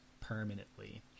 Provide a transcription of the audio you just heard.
permanently